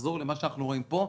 לחזור למה שאנחנו רואים פה,